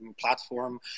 platform